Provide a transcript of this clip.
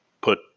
put